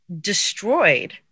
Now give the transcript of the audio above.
destroyed